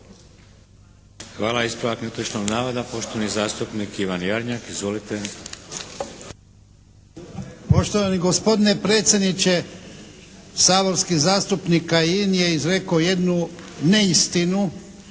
Hvala. Ispravak netočnog navoda, poštovani zastupnik Ivan Jarnjak. Izvolite. **Jarnjak, Ivan (HDZ)** Poštovani gospodine predsjedniče, saborski zastupnik Kajin je izrekao jednu neistinu